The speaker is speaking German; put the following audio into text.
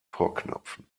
vorknöpfen